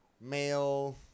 male